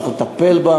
צריך לטפל בה.